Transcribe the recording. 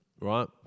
right